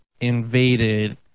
invaded